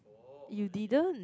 you didn't